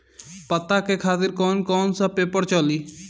पता के खातिर कौन कौन सा पेपर चली?